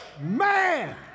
Man